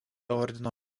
ordino